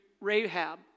Rahab